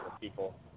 people